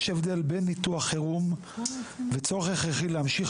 יש הבדל בין ניתוח חירום וצורך הכרחי להמשיך